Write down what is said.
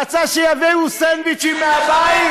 רצה שיביאו סנדוויצ'ים מהבית.